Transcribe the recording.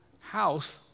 house